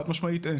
חד משמעית אין.